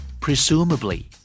Presumably